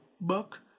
book